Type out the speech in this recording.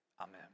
amen